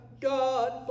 God